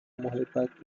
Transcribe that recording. محبت